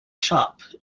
shop